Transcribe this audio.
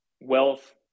wealth